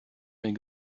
mir